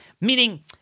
Meaning